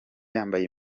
yambaye